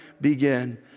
Begin